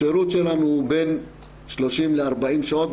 השירות שלנו הוא בין 30 ל40 שעות,